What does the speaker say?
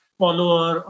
follower